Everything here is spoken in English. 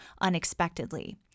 unexpectedly